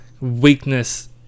weakness